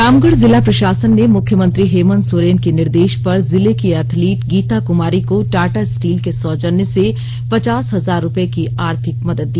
रामगढ़ जिला प्रषासन ने मुख्यमंत्री हेमंत सोरेन के निर्देष पर जिले की एथलीट गीता कुमारी को टाटा स्टील के सौजन्य से पचास हजार रुपए की आर्थिक मदद दिया